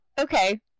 Okay